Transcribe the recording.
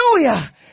Hallelujah